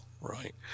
right